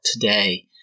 today